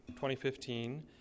2015